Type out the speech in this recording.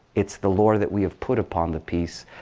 it's the lore that we have put upon the piece.